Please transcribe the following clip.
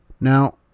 Now